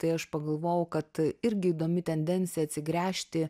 tai aš pagalvojau kad irgi įdomi tendencija atsigręžti